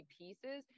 pieces